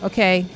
Okay